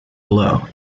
below